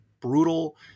brutal